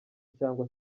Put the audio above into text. cyangwa